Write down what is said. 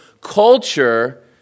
culture